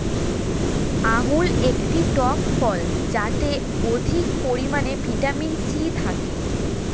আঙুর একটি টক ফল যাতে অধিক পরিমাণে ভিটামিন সি থাকে